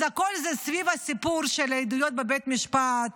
אז הכול זה סביב הסיפור של העדויות בבית המשפט,